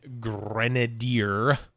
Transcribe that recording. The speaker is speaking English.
Grenadier